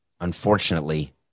Unfortunately